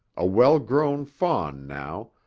a well-grown fawn now,